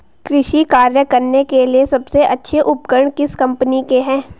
कृषि कार्य करने के लिए सबसे अच्छे उपकरण किस कंपनी के हैं?